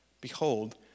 Behold